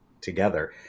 together